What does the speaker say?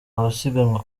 abasiganwa